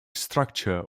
structure